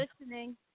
listening